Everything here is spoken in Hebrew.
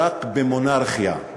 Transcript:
רק במונרכיה,